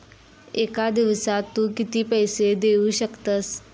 एका दिवसात तू किती पैसे देऊ शकतस?